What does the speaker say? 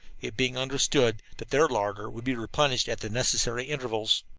it being understood that their larder would be replenished at the necessary intervals.